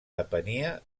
depenia